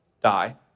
die